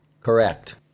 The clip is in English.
Correct